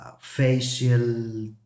facial